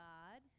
God